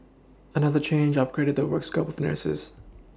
another change upgraded the work scope of nurses